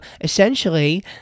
essentially